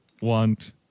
want